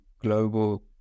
global